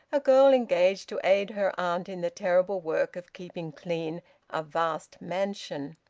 a girl engaged to aid her aunt in the terrible work of keeping clean a vast mansion.